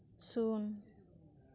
ᱥᱩᱱ